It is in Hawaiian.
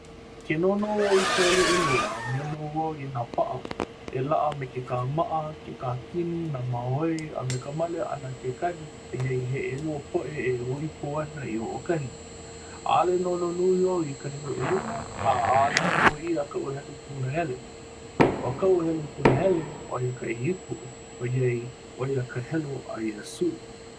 Ke noʻonoʻo wau i ka helu 2 noʻonoʻo wau i nā paʻa. E laʻa me ke kāmaʻa, ke kākini, nā māhoe, a me ka male ʻana kekahi ʻoiai he 2 poʻe e hui pū ana i hoʻokahi. ʻAʻole noʻonoʻo nui wau i ka helu 2 a ʻaʻole nō ia kaʻu helu punahele. ʻO kaʻu helu punahele ʻoia ka 7 ʻoiai ʻoia ka helu a Iesū.